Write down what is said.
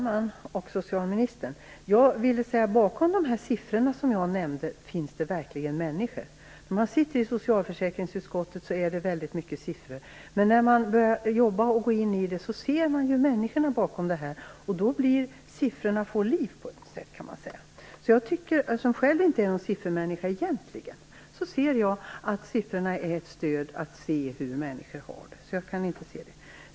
Fru talman! Socialministern! Bakom de siffror jag nämnde finns det verkliga människor. Vi som sitter i socialförsäkringsutskottet får se väldigt mycket siffror. Men när man börjar jobba med dem och går in i dem ser man människorna bakom, och då får siffrorna liv. Jag är själv egentligen ingen siffermänniska, men jag tycker att siffrorna är ett stöd som gör att man kan se hur människor har det.